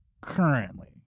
currently